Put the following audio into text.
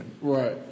Right